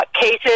cases